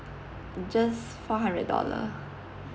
just four hundred dollar